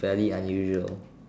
very unusual